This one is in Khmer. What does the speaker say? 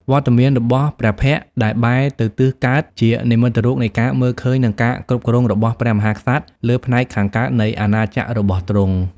វត្តមានរបស់ព្រះភ័ក្ត្រដែលបែរទៅទិសកើត ជានិមិត្តរូបនៃការមើលឃើញនិងការគ្រប់គ្រងរបស់ព្រះមហាក្សត្រលើផ្នែកខាងកើតនៃអាណាចក្ររបស់ទ្រង់។